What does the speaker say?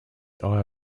iowa